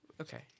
Okay